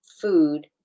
food